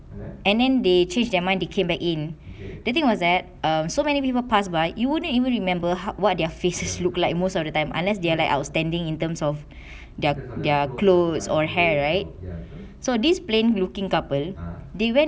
and then they changed their mind they came back in the thing was that so many people pass by you wouldn't even remember hard what their faces look like most of the time unless they are like outstanding in terms of their their clothes or hair right so this plain looking couple they went